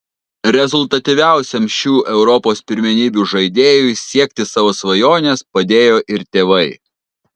rezultatyviausiam šių europos pirmenybių žaidėjui siekti savo svajonės padėjo ir tėvai